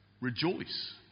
Rejoice